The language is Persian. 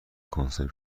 کنسرو